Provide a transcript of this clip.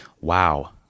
Wow